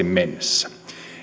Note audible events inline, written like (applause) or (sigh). (unintelligible) mennessä